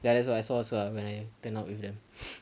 ya that's what I saw also ah when I turn out with them